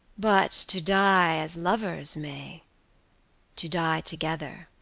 but to die as lovers may to die together,